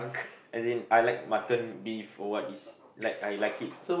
as in I like mutton beef or what is like I like it